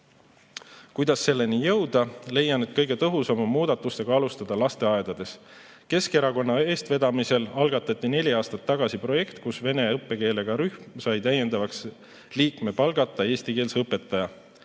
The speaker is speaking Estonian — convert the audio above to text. Kuidas selleni jõuda? Leian, et kõige tõhusam on muudatustega alustada lasteaedades. Keskerakonna eestvedamisel algatati neli aastat tagasi projekt, kus vene õppekeelega rühm sai täiendavalt palgata eestikeelse õpetaja.